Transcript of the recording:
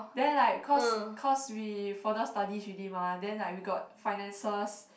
then like cause cause we further studies already mah then like we got finances